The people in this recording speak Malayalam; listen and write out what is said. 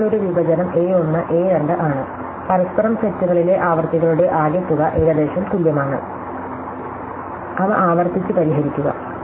അതിനാൽ ഒരു വിഭജനം A 1 A 2 ആണ് പരസ്പരം സെറ്റുകളിലെ ആവൃത്തികളുടെ ആകെത്തുക ഏകദേശം തുല്യമാണ് അവ ആവർത്തിച്ച് പരിഹരിക്കുക